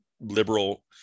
liberal